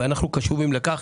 ואנחנו קשובים לכך,